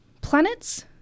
planets